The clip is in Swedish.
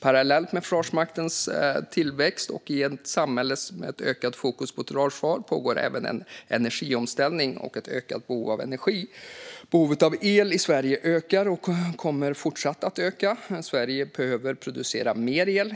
Parallellt med Försvarsmaktens tillväxt och ett i samhället ökat fokus på totalförsvar pågår även en energiomställning och en ökning av energibehovet. Behovet av el i Sverige ökar och kommer att fortsätta öka. Sverige behöver producera mer el.